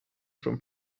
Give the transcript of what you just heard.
from